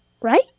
right